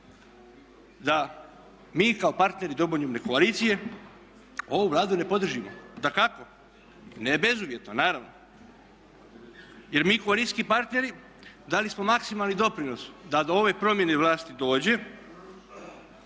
da mi kao partneri Domoljubne koalicije ovu Vladu ne podržimo. Dakako, ne bezuvjetno, naravno. Jer mi koalicijski partneri dali smo maksimalni doprinos da do ove promjene vlasti dođe,